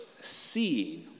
seeing